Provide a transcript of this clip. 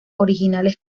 originales